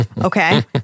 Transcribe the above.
Okay